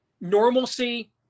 normalcy